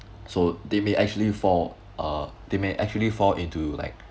so they may actually fall uh they may actually fall into like